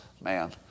man